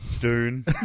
dune